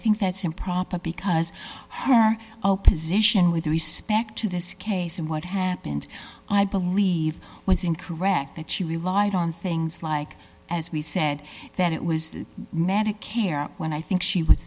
think that's improper because her position with respect to this case and what happened i believe was incorrect that she relied on things like as we said that it was the medicare when i think she was